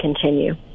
continue